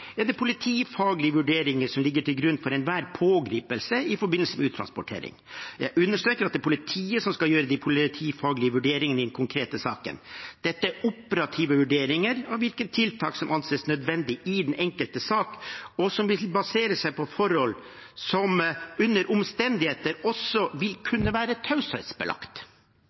er det politifaglige vurderinger som ligger til grunn for enhver pågripelse i forbindelse med uttransportering. Jeg understreker at det er politiet som skal gjøre de politifaglige vurderingene i den konkrete saken. Dette er operative vurderinger av hvilke tiltak som anses nødvendige i den enkelte sak, og som vil basere seg på forhold som under omstendigheter også vil kunne være taushetsbelagt.